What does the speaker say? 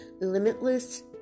Limitless